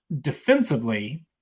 Defensively